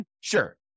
Sure